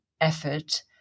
effort